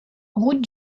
route